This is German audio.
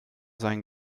sein